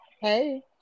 Hey